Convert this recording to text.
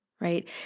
right